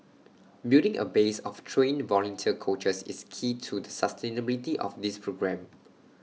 building A base of trained volunteer coaches is key to the sustainability of this programme